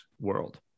world